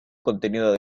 contenido